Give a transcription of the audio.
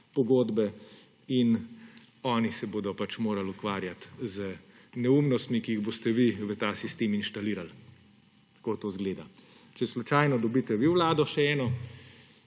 pogodbe, in oni se bodo pač morali ukvarjati z neumnostmi, ki jih boste vi v ta sistem inštalirali. Tako to izgleda. Če slučajno vi dobite še eno